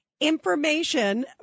Information